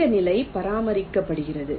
இந்த நிலை பராமரிக்கப்படுகிறது